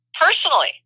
personally